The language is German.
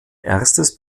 erstes